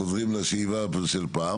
חוזרים לשאיבה של פעם